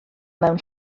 mewn